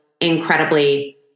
incredibly